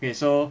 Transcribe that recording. K so